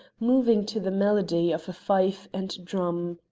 moving to the melody of a fife and drum.